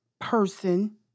person